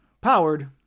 powered